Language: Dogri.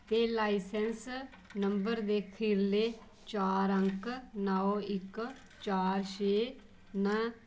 ते लाइसैंस नंबर दे खीरले चार अंक नौ इक चार छे न